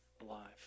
alive